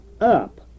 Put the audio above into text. up